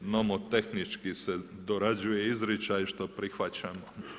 Nomotehnički se dorađuje izričaj što prihvaćamo.